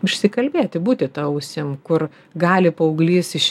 išsikalbėti būti ta ausim kur gali paauglys iš